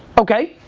okay.